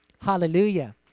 Hallelujah